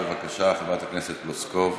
בבקשה, חברת הכנסת פלוסקוב.